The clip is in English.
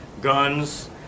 guns